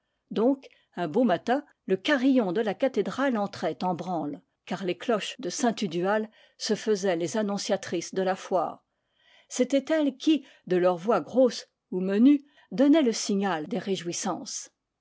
donc un beau matin le carillon de la cathédrale entrait en branle car les cloches de saint tudual se faisaient les annonciatrices de la foire c'étaient elles qui de leurs voix grosses ou menues donnaient le signal des réjouissances